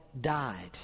died